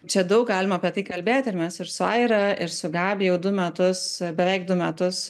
čia daug galima apie tai kalbėti ir mes ir su aira ir su gabija jau du metus beveik du metus